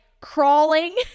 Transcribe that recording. crawling